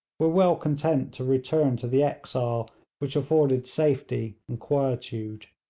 were well content to return to the exile which afforded safety and quietude.